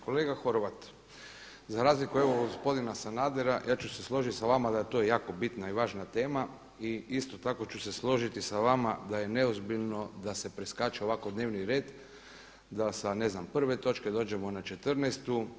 Kolega Horvat, za razliku evo od gospodina Sanadera ja ću se složiti s vama da je to jako bitna i važna tema i isto tako ću se složiti sa vama da je neozbiljno da se preskače ovako dnevni red da sa 1. točke dođemo na 14.